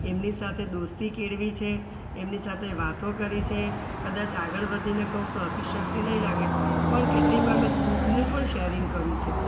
એમની સાથે દોસ્તી કેળવી છે એમની સાથે વાતો કરી છે કદાચ આગળ વધીને કહું તો અતિશયોક્તિ નહીં લાગે પણ કેટલીક વખત દુઃખનું પણ શેરિંગ કર્યું છે